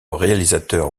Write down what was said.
réalisateur